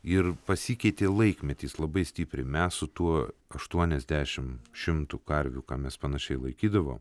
ir pasikeitė laikmetis labai stipriai mes su tuo aštuoniasdešim šimtu karvių ką mes panašiai laikydavo